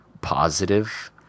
positive